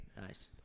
nice